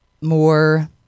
more